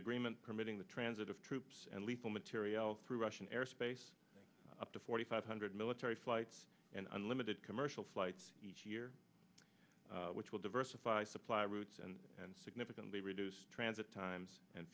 agreement permitting the transit of troops and lethal materiel through russian airspace up to forty five hundred military flights and unlimited commercial flights each year which will diversify supply routes and and significantly reduce transit times and